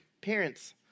parents